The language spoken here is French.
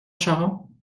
charron